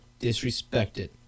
disrespected